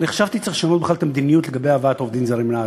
חשבתי שצריך לשנות בכלל את המדיניות לגבי הבאת עובדים זרים לארץ,